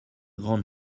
grandes